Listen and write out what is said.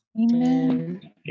Amen